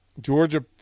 Georgia